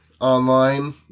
online